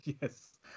Yes